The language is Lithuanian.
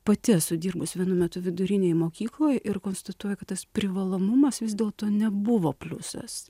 pati esu dirbus vienu metu vidurinėj mokykloj ir konstatuoju kad tas privalomumas vis dėlto nebuvo pliusas